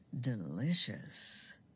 Delicious